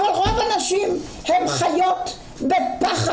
רוב הנשים הן חיות בפחד,